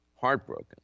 heartbroken